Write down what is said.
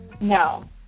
No